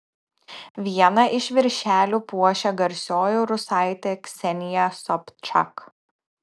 vieną iš viršelių puošia garsioji rusaitė ksenija sobčak